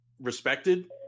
respected